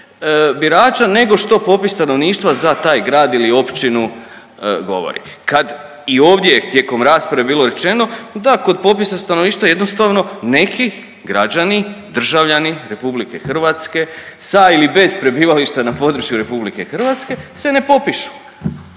birača nego što popis stanovništva za taj grad ili općinu govori kad i ovdje tijekom rasprave je bilo rečeno da kod popisa stanovništva jednostavno neki građani, državljani Republike Hrvatske sa ili bez prebivališta na području Republike Hrvatske se ne popišu.